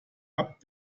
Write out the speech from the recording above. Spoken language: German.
app